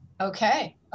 Okay